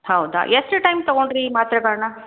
ಹೌದಾ ಎಷ್ಟು ಟೈಮ್ ತೊಗೊಂಡ್ರಿ ಈ ಮಾತ್ರೆಗಳನ್ನ